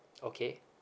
okay